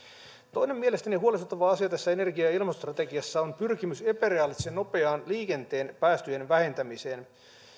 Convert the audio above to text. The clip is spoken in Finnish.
toinen mielestäni huolestuttava asia tässä energia ja ilmastostrategiassa on pyrkimys epärealistisen nopeaan liikenteen päästöjen vähentämiseen